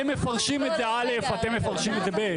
הם מפרשים את זה א' ואתם מפרשים את זה ב'.